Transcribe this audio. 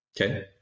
Okay